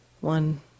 one